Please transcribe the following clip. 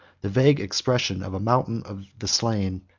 the vague expression of a mountain of the slain,